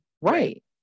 Right